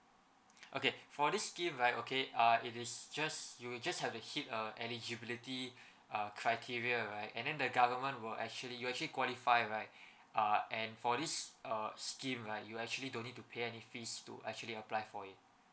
okay for this scheme right okay ah it is just you just have a hit a eligibility uh criteria right and then the government will actually you actually qualify right err and for this uh scheme right you actually don't need to pay any fees to actually apply for it